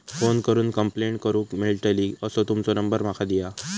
Phone करून complaint करूक मेलतली असो तुमचो नंबर माका दिया?